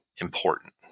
important